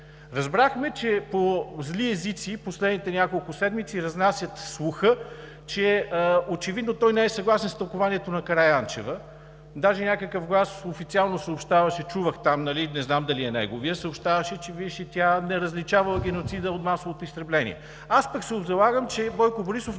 Разбрахме, че зли езици в последните няколко седмици разнасят слуха, че очевидно той не е съгласен с тълкуванието на Караянчева. Даже някакъв глас официално съобщаваше – чувах там, нали, не знам дали е неговият – че, виждаш ли, тя не различавала геноцида от масовото изтребление. Аз пък се обзалагам, че Бойко Борисов